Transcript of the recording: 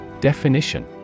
Definition